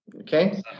okay